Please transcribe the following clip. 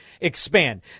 expand